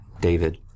David